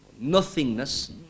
nothingness